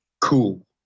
cool